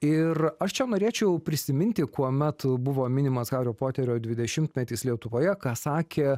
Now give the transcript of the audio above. ir aš čia norėčiau prisiminti kuomet buvo minimas hario poterio dvidešimtmetis lietuvoje ką sakė